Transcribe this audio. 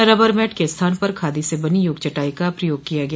rubber mat के स्थान पर खादी से बनी योग चटाई का प्रयोग किया गया